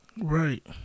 right